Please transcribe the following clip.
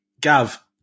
Gav